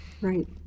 right